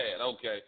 okay